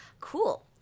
cool